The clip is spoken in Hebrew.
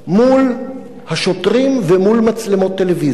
מול השוטרים ומול מצלמות טלוויזיה.